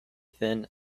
thin